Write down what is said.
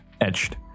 etched